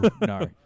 No